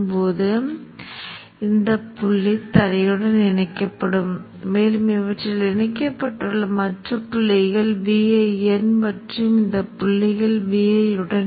இந்த முதலில் உள்ளது பிட் ஆஃப் அது நிலைப்படுத்த சிறிது நேரம் எடுக்கும் இது நிலைப்படுத்த ஒரு மாறுதல் சுழற்சியை எடுத்துள்ளது மேலும் நீங்கள் நிலையான வெளியீட்டு அலை வடிவத்தைப் பெறுவதைப் பார்க்கலாம்